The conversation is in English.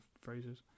phrases